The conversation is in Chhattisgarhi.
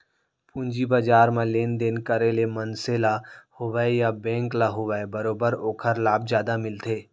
पूंजी बजार म लेन देन करे ले मनसे ल होवय या बेंक ल होवय बरोबर ओखर लाभ जादा मिलथे